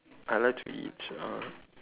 I like to eat uh